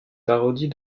parodie